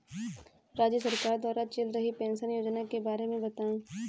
राज्य सरकार द्वारा चल रही पेंशन योजना के बारे में बताएँ?